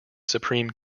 supreme